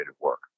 work